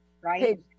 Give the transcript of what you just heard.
Right